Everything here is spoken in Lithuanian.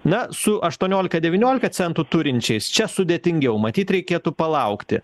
na su aštuoniolika devyniolika centų turinčiais čia sudėtingiau matyt reikėtų palaukti